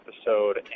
episode